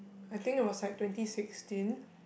I think it was like twenty sixteen